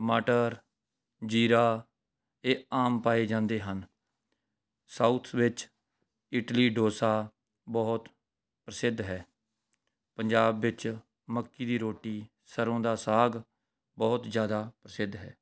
ਟਮਾਟਰ ਜੀਰਾ ਇਹ ਆਮ ਪਾਏ ਜਾਂਦੇ ਹਨ ਸਾਊਥ ਵਿੱਚ ਇਡਲੀ ਡੋਸਾ ਬਹੁਤ ਪ੍ਰਸਿੱਧ ਹੈ ਪੰਜਾਬ ਵਿੱਚ ਮੱਕੀ ਦੀ ਰੋਟੀ ਸਰੋਂ ਦਾ ਸਾਗ ਬਹੁਤ ਜ਼ਿਆਦਾ ਪ੍ਰਸਿੱਧ ਹੈ